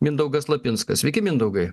mindaugas lapinskas sveiki mindaugai